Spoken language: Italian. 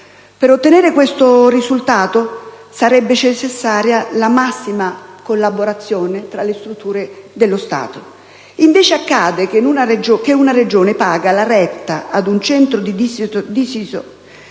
Per ottenere questo risultato, sarebbe necessaria la massima collaborazione tra le strutture dello Stato. Al contrario, accade che una Regione paghi la retta ad un centro di